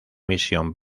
misión